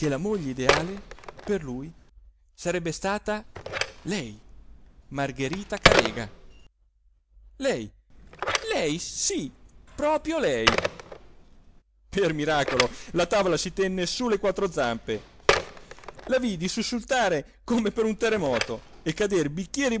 la moglie ideale per lui sarebbe stata lei margherita carega lei lei sì proprio lei per miracolo la tavola si tenne su le quattro zampe la vidi sussultare come per un terremoto e cader bicchieri